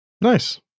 Nice